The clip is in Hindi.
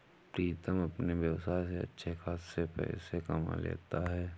प्रीतम अपने व्यवसाय से अच्छे खासे पैसे कमा लेता है